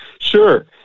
Sure